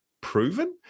proven